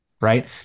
right